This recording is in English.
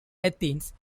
athens